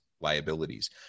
liabilities